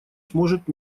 сможет